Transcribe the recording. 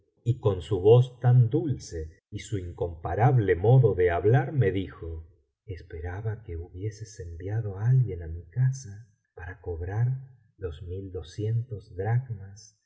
y con su voz tan dulce y su incomparable modo de hablar me dijo esperaba que hubieses enviado á alguien a mi casa para cobrar los mil doscientos dracmas